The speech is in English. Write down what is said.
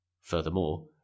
Furthermore